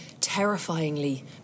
terrifyingly